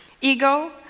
Ego